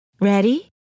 Ready